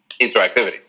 interactivity